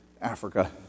Africa